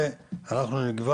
שנית,